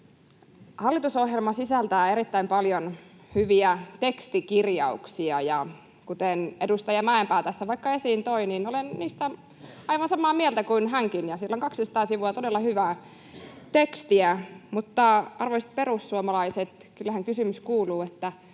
Hallitusohjelma sisältää erittäin paljon hyviä tekstikirjauksia, ja kuten vaikka edustaja Mäenpää tässä esiin toi, niin olen niistä aivan samaa mieltä kuin hänkin. Siellä on 200 sivua todella hyvää tekstiä, mutta, arvoisat perussuomalaiset, kyllähän kysymys kuuluu: Missä